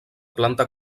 planta